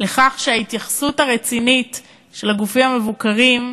לכך שההתייחסות הרצינית של הגופים המבוקרים,